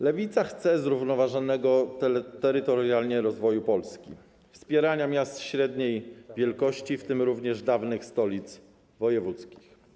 Lewica chce zrównoważonego terytorialnie rozwoju Polski, wspierania miast średniej wielkości, w tym również dawnych stolic wojewódzkich.